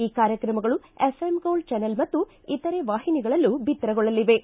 ಈ ಕಾರ್ಯಕ್ರಮಗಳು FM gold channel ಮತ್ತು ಇತರೆ ವಾಹಿನಿಗಳಲ್ಲೂ ಬಿತ್ತರಗೊಳ್ಳಲಿವೆ